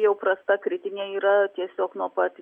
jau prasta kritinė yra tiesiog nuo pat